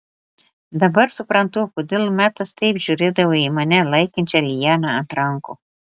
dabar suprantu kodėl metas taip žiūrėdavo į mane laikančią lianą ant rankų